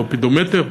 לופידומטר,